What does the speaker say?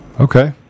Okay